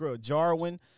Jarwin